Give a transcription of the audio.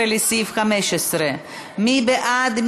16, לסעיף 15. מי בעד?